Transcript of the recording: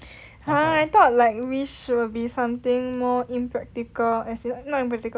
!huh! I thought like wish should be something more impractical as in not impractical um